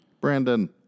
Brandon